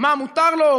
מה מותר לו,